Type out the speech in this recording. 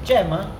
jam ah